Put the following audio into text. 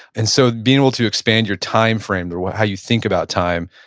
and so being able to expand your time frame or how you think about time.